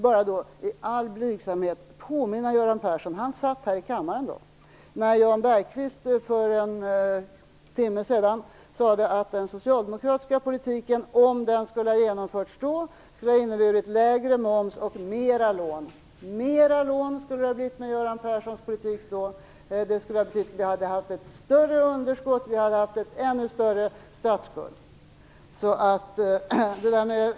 Jag vill då bara i all blygsamhet påminna Göran Persson om att Jan Bergqvist för en timme sedan - Göran Persson satt här i kammaren då - sade att den socialdemokratiska politiken, om den skulle ha genomförts, hade inneburit lägre moms och mera lån. Det hade betytt att vi skulle ha haft ett större underskott och en ännu större statsskuld.